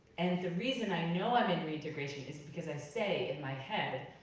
and the reason i know i'm in reintegration is because i say in my head,